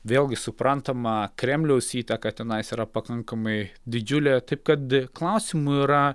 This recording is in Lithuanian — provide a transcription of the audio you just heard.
vėlgi suprantama kremliaus įtaka tenais yra pakankamai didžiulė taip kad klausimų yra